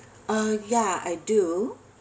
uh ya I do